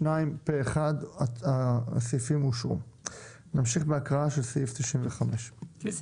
הצבעה אושרו נמשיך בהקראה של סעיף 95. "95.